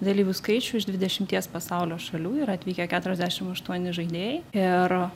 dalyvių skaičių iš dvidešimties pasaulio šalių yra atvykę keturiasdešim aštuoni žaidėjai ir